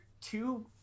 two